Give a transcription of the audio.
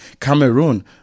Cameroon